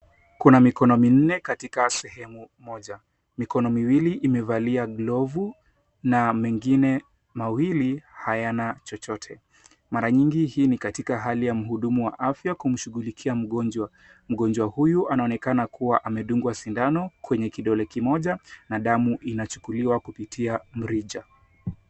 Kuna mikono minne katika sehemu moja. Mikono miwili imevalia glovu na mingine mawili hayana chochote. Mara nyingi hii ni katika hali ya mhudumu wa afya kumshughulikia mgonjwa. Mgonjwa huyu anaonekana kuwa amedungwa sindano kwenye kidole kimoja na damu inachukuliwa kupitia mrija.